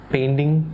Painting